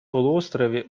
полуострове